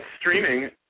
streaming